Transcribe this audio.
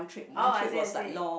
oh I see I see